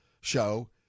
show